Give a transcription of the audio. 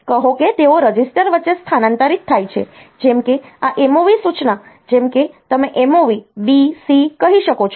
કહો કે તેઓ રજિસ્ટર વચ્ચે સ્થાનાંતરિત થાય છે જેમ કે આ MOV સૂચના જેમ કે તમે MOV B C કહી શકો છો